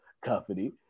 company